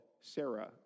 Sarah